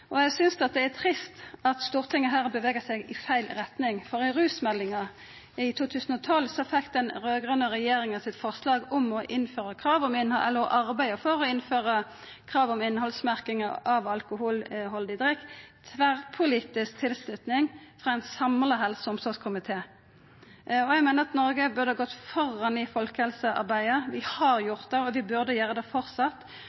Eg synest det er trist at Stortinget her bevegar seg i feil retning, for i samband med rusmeldinga i 2012 fekk den raud-grøne regjeringa sitt forslag om å arbeida for å innføra krav om innhaldsmerking av alkoholhaldig drikk tverrpolitisk tilslutning frå ein samla helse- og omsorgskomité. Eg meiner at Noreg burde ha gått føre i folkehelsearbeidet. Vi har